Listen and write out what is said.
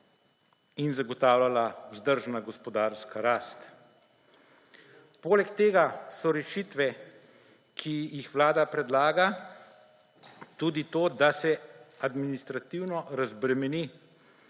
in zagotavljala vzdržna gospodarska rast. Poleg tega so rešitve, ki jih Vlada predlaga, tudi to, da se administrativno razbremeni